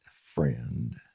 friend